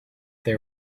they